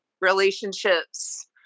relationships